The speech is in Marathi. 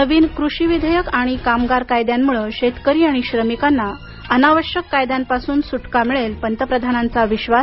नवीन कृषी विधेयक आणि कामगार कायद्यांमुळे शेतकरी आणि श्रमिकांना अनावश्यक कायद्यांपासून सुटका मिळेल पंतप्रधानांचा विश्वास